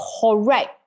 correct